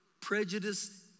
Prejudice